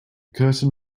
curtain